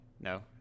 No